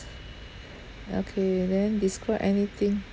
okay then describe anything